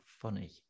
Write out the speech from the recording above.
funny